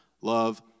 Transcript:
Love